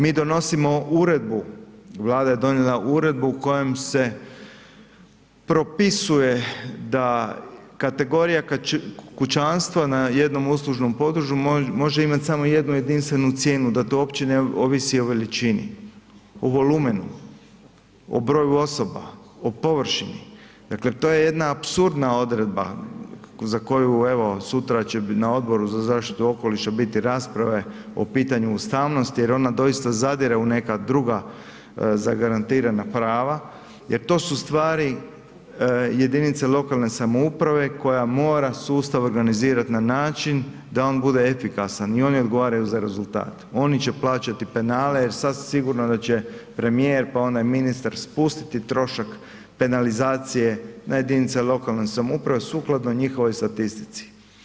Mi donosimo uredbu, Vlada je donijela uredbu kojom se propisuje da kategorija kućanstva na jednom uslužnom području može imati samo jednu jedinstvenu cijenu da to uopće ne ovisi o veličini, o volumenu, o broju osoba, o površini, dakle to je jedna apsurdna odredba za koju evo sutra će na Odboru za zaštitu okoliša biti rasprave o pitanju ustavnosti jer ona doista zadire u neka druga zagarantirana prava jer to su stvari jedinice lokalne samouprave koja mora sustav organizirat na način da on bude efikasan i oni odgovaraju za rezultat, oni će plaćati penale jer sasvim sigurno da će premijer, pa onaj ministar spustiti trošak penalizacije na jedinice lokalne samouprave sukladno njihovoj statistici.